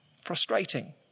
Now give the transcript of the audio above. frustrating